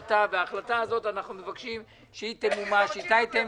החלטה ואנחנו מבקשים שהיא תמומש.